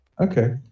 Okay